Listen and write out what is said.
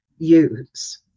Use